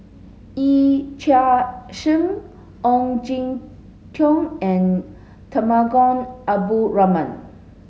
Yee Chia Hsing Ong Jin Teong and Temenggong Abdul Rahman